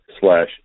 slash